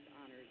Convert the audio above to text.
honors